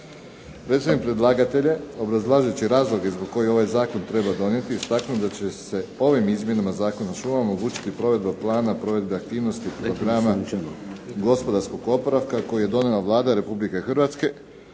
Predsjednik predlagatelja obrazlažući razloge zbog kojih ovaj zakon treba donijeti istaknuo da će se ovim izmjenama Zakona o šumama omogućiti provedba plana provedbe aktivnosti programa gospodarskog oporavka koji je donijela Vlada Republike Hrvatske,